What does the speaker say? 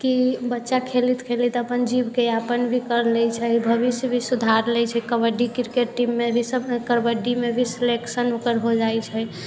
कि बच्चा खेलैत खेलैत अपन जीविकोपार्जन भी कर लै छै भविष्य भी सुधारि लै छै कबड्डी क्रिकेट टीममे भी कबड्डीमे भी सेलेक्शन ओकर हो जाइ छै